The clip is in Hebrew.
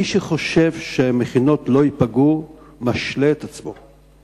מי שחושב שהמכינות לא ייפגעו משלה את עצמו,